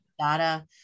data